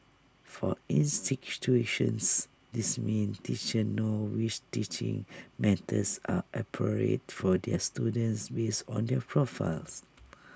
for this means teachers know which teaching methods are appropriate for their students based on their profiles